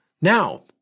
Now